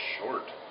short